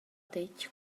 detg